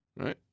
right